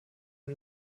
dem